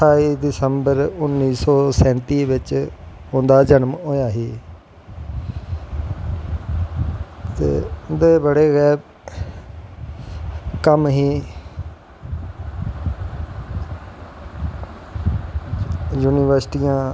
ठाई सिदंबर उन्नी सौ सैंती बिच्च उंदा जन्म होया हा ते उंदे बड़े गै कम्म हे युनिवर्सटियां